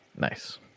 Nice